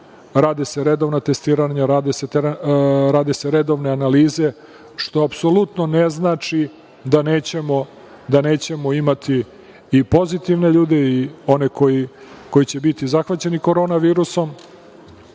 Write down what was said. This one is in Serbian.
Rade se redovna testiranja, rade se redovne analize, što apsolutno ne znači da nećemo imati i pozitivne ljude i one koji će biti zahvaćeni korona virusom,